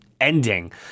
ending